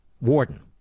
Warden